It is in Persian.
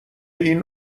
این